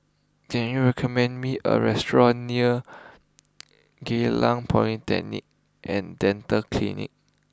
can you recommend me a restaurant near Geylang Poly Technic and Dental Clinic